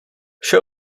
vše